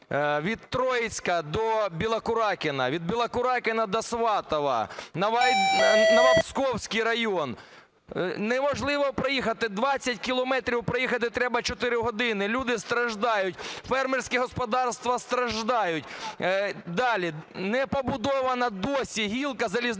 Від Троїцька до Білокуракіного, від Білокуракіного до Сватового. Новопсковський район – неможливо проїхати, 20 кілометрів проїхати треба 4 години. Люди страждають, фермерські господарства страждають. Далі. Не побудована досі гілка залізнична